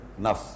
nafs